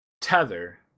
tether